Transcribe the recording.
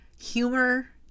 humor